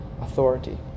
authority